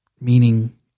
meaning